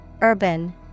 Urban